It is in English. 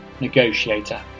Negotiator